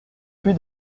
plus